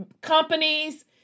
companies